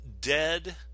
dead